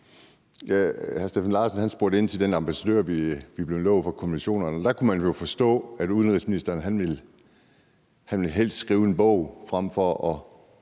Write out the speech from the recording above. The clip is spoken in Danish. Hr. Steffen Larsen spurgte ind til den ambassadør, vi blev lovet i forhold til konventionerne. Der kunne man jo forstå, at udenrigsministeren helst ville skrive en bog frem for at